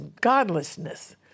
godlessness